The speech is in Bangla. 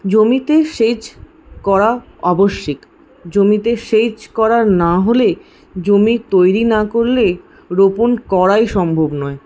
জমিতে সেচ করা আবশ্যিক জমিতে সেচ করা না হলে জমি তৈরি না করলে রোপন করাই সম্ভব নয়